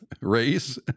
Race